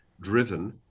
driven